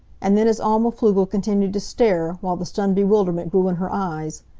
and then as alma pflugel continued to stare, while the stunned bewilderment grew in her eyes,